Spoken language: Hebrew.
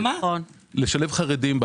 עזוב חרדים.